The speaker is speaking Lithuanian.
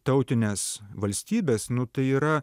tautines valstybes nu tai yra